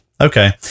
Okay